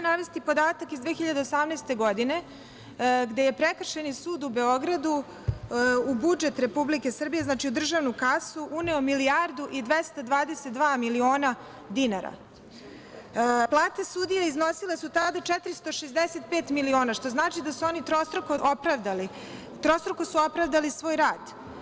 Navešću podatak iz 2018. godine, gde je Prekršajni sud u Beogradu u budžet Republike Srbije, znači u državnu kasu uneo milijardu i 222 miliona dinar Plate sudija iznosile su tada 465 miliona što znači da su oni trostruko opravdali svoj rad.